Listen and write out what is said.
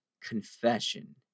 confession